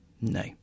No